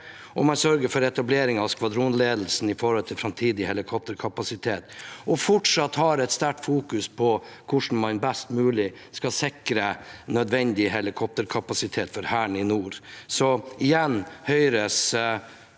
den sørger for etablering av skvadronledelse med tanke på framtidig helikopterkapasitet, og den har fortsatt et sterkt fokus på hvordan man best mulig skal sikre nødvendig helikopterkapasitet for Hæren i nord.